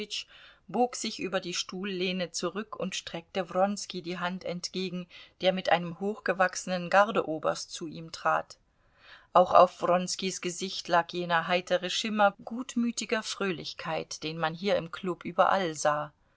bog sich über die stuhllehne zurück und streckte wronski die hand entgegen der mit einem hochgewachsenen gardeoberst zu ihm trat auch auf wronskis gesicht lag jener heitere schimmer gutmütiger fröhlichkeit den man hier im klub überall sah